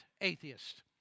atheist